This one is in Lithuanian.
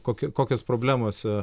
kokia kokios problemos